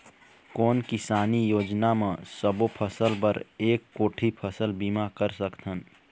कोन किसानी योजना म सबों फ़सल बर एक कोठी फ़सल बीमा कर सकथन?